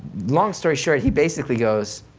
long story short, he basically goes,